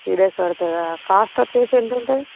three days పడుతుందా cost వచ్చి ఎంత ఉంటుంది